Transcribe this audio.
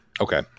Okay